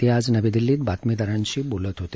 ते आज नवी दिल्लीत बातमीदारांशी बोलत होते